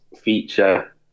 feature